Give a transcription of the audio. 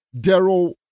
Daryl